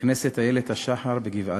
בית-הכנסת "איילת השחר" בגבעת-זאב.